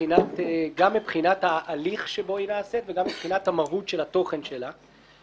גם מבחינת ההליך שבו היא נעשית וגם מבחינת המהות של התוכן שלה.